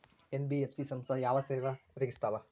NBF ಸಂಸ್ಥಾ ಯಾವ ಸೇವಾ ಒದಗಿಸ್ತಾವ?